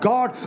God